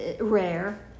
rare